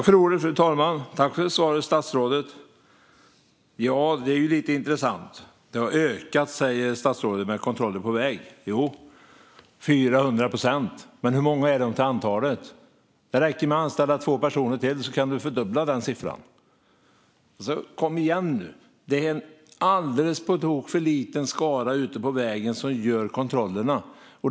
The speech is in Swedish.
Fru talman! Tack för svaret, statsrådet! Det är lite intressant. Statsrådet säger att antalet kontroller på väg har ökat med 400 procent. Men hur men hur många är de till antalet? Det räcker med att anställa två personer till så kan du fördubbla den siffran. Kom igen nu! Det är en alldeles på tok för liten skara ute på vägen som gör kontrollerna.